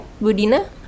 Budina